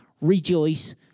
rejoice